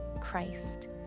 Christ